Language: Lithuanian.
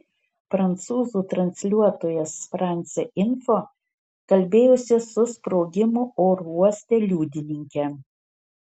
prancūzų transliuotojas france info kalbėjosi su sprogimo oro uoste liudininke